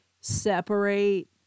separate